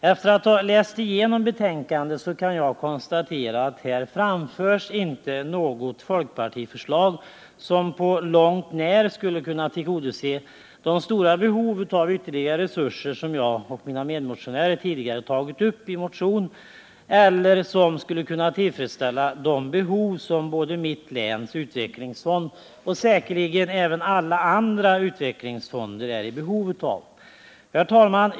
Efter att ha läst igenom betänkandet kan jag konstatera att här framförs inte något folkpartiförslag som på långt när skulle kunna tillgodose de stora behov av ytterligare resurser som jag och mina medmotionärer tidigare tagit upp eller som säkerställer de medel som både mitt läns utvecklingsfond och säkerligen även alla andra utvecklingsfonder är i behov av. Herr talman!